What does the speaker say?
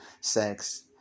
sex